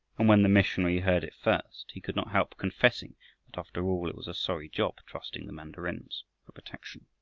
and when the missionary heard it first he could not help confessing that after all it was a sorry job trusting the mandarins for protection.